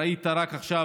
ראית רק עכשיו,